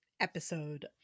episode